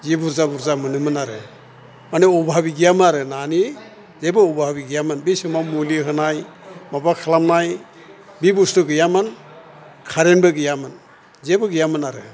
जि बुरजा बुरजा मोनोमोन आरो मानि अबाब गैयामोन आरो नानि जेबो अबाब गैयामोन बे समाव मुलि होनाय माबा खालामनाय बे बुस्थु गैयामोन खारेनबो गैयामोन जेबो गैयामोन आरो